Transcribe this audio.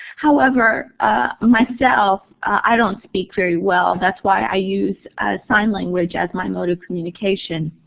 however myself, i don't speak very well. that's why i use sign language as my mode of communication.